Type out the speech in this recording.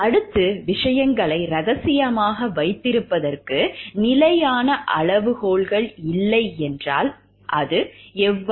அடுத்து விஷயங்களை ரகசியமாக வைத்திருப்பதற்கு நிலையான அளவுகோல்கள் இல்லை என்றால் அது வரும்